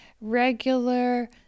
regular